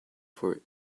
for